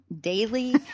daily